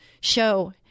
show